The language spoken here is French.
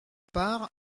part